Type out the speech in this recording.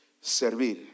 servir